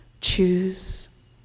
Choose